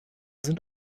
sind